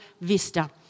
vista